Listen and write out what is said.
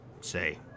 say